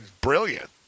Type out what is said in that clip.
brilliant